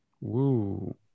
Woo